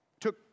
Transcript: Took